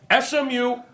SMU